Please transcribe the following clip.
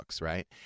right